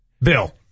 Bill